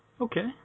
Okay